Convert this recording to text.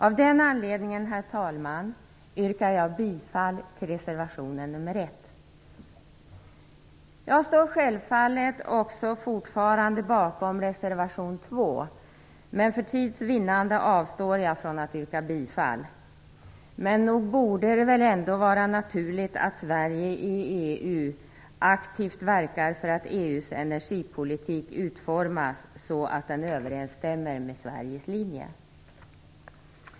Av den anledningen, herr talman, yrkar jag bifall till reservation nr 1. Jag står självfallet också fortfarande bakom reservation 2, men för tids vinnande avstår jag från att yrka bifall. Men nog borde det väl ändå vara naturligt att Sverige i EU aktivt verkar för att EU:s energipolitik utformas så att den överensstämmer med Sveriges linje.